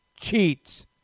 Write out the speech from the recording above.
cheats